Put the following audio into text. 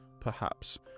perhaps